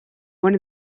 one